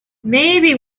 maybe